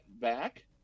back